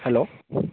hello